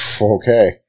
Okay